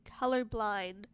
colorblind